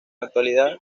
actualidad